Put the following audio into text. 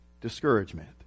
discouragement